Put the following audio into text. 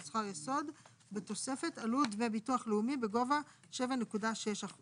שכר ערך שעה לעובד שמירה שמועסק 5 ימים בשבוע (באחוזים/שקלים חדשים)